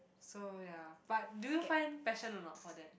so ya but do you find passion or not for that